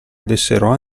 avessero